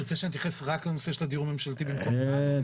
אתה רוצה שאתייחס רק לנושא של הדיור הממשלתי או לסכם?